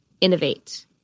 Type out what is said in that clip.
innovate